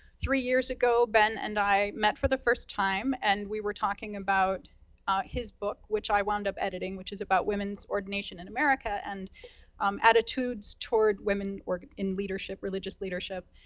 three years ago, ben and i met for the first time, and we were talking about his book, which i wound up editing, which is about women's ordination in america, and um attitudes toward women in leadership, religious leadership.